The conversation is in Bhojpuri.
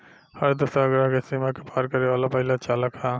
हर दूसरा ग्रह के सीमा के पार करे वाला पहिला चालक ह